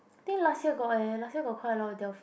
think last year got eh last year got quite a lot of